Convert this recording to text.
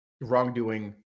wrongdoing